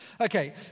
Okay